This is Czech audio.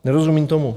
Nerozumím tomu.